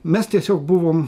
mes tiesiog buvom